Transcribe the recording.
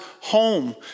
home